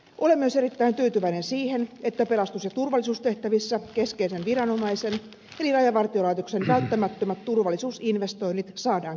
olen myös erittäin tyytyväinen siihen että pelastus ja turvallisuustehtävissä keskeisen viranomaisen eli rajavartiolaitoksen välttämättömät turvallisuusinvestoinnit saadaan käyntiin